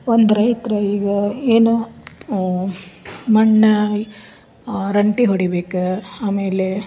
ಒಂದು ರೈತರು ಈಗ ಏನು ಮಣ್ಣಯ್ ರಂಟಿ ಹೊಡಿಬೇಕು ಆಮೇಲೆ